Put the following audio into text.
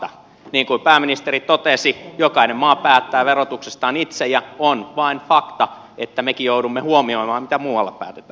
niin kuin pääministeri totesi jokainen maa päättää verotuksestaan itse ja on vain fakta että mekin joudumme huomioimaan mitä muualla päätetään